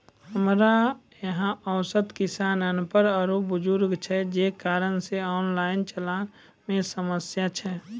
हमरा यहाँ औसत किसान अनपढ़ आरु बुजुर्ग छै जे कारण से ऑनलाइन चलन मे समस्या छै?